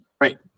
Right